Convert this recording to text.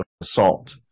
assault